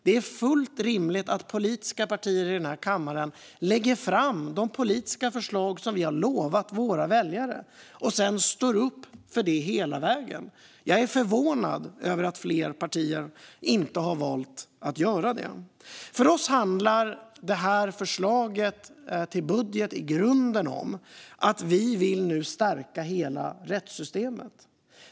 Det är fullt rimligt att politiska partier i kammaren lägger fram de politiska förslag som vi har lovat våra väljare och sedan står upp för dem hela vägen. Jag är förvånad över att fler partier inte har valt att göra det. För oss handlar förslaget till budget i grunden om att vi nu vill stärka hela rättssystemet.